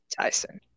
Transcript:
Tyson